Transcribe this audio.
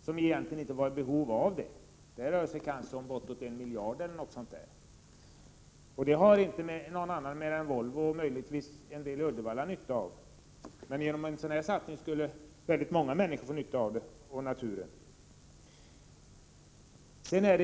som egentligen inte var i behov av dem. Där rörde det sig om bortåt en miljard kronor, och det har inte någon annan än Volvo och möjligtvis en del i Uddevalla någon nytta av. En sådan här satsning däremot skulle många människor få nytta av — för att inte tala om naturen.